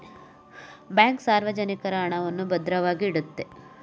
bank ಸಾರ್ವಜನಿಕರ ಹಣವನ್ನು ಭದ್ರವಾಗಿ ಇಡುತ್ತೆ